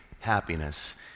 happiness